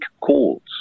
calls